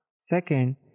Second